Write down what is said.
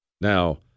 Now